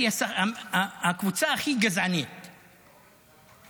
שהיא הקבוצה הכי גזענית בעולם,